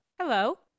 Hello